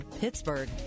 Pittsburgh